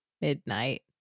midnight